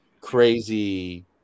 crazy